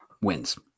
wins